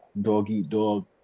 dog-eat-dog